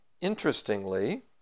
Interestingly